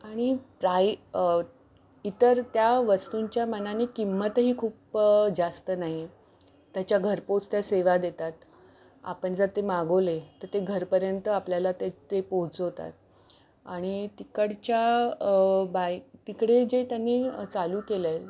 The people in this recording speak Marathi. आणि प्राई इतर त्या वस्तूंच्या मानाने किंमतही खूप जास्त नाही आहे त्याच्या घरपोच त्या सेवा देतात आपण जर ते मागवले तर ते घरपर्यंत आपल्याला ते ते पोचवतात आणि तिकडच्या बाई तिकडे जे त्यांनी चालू केलं आहे